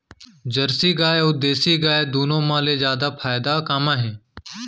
Jersey गाय अऊ देसी गाय दूनो मा ले जादा फायदा का मा हे?